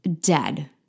dead